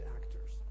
actors